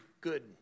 good